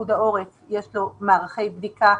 לפיקוד העורף יש מערכי בדיקה,